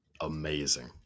amazing